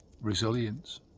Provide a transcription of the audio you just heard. resilience